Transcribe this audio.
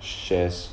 sh~ shares